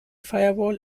firewall